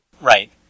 Right